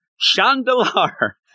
chandelier